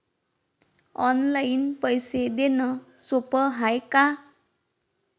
Online पैसे देण सोप हाय का?